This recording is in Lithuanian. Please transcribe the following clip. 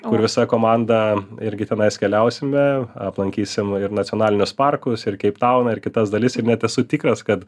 kur visa komanda irgi tenais keliausime aplankysim ir nacionalinius parkus ir keiptauną ir kitas dalis ir net esu tikras kad